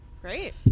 Great